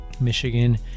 Michigan